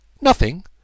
Nothing